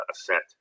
ascent